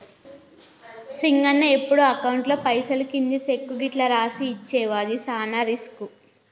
సింగన్న ఎప్పుడు అకౌంట్లో పైసలు కింది సెక్కు గిట్లు రాసి ఇచ్చేవు అది సాన రిస్కు